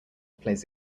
plays